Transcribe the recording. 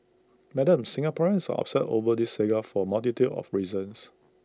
Madam Singaporeans are upset over this saga for A multitude of reasons